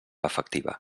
efectiva